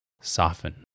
soften